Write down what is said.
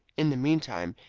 in the meantime,